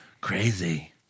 crazy